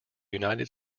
united